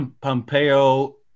Pompeo